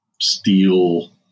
steel